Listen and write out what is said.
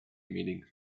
meaning